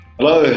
Hello